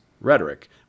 rhetoric